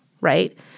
right